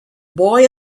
boy